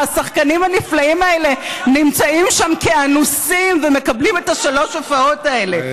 והשחקנים הנפלאים האלה נמצאים שם כאנוסים ומקבלים את שלוש ההופעות האלה.